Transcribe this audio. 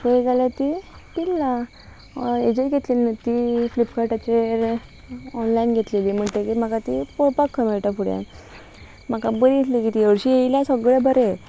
पळय जाल्यार ती पिनल्ला हेजे घेतली न्हू ती फ्लिपकार्टाचेर ऑनलायन घेतलेली म्हणटगेर म्हाका ती पळोवपाक खंय मेळटा फुडें म्हाका बरी दिसली की ती हरशीं येयल्या सगळें बरें